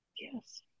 Yes